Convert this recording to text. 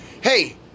Hey